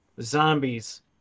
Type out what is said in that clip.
zombies